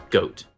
goat